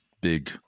big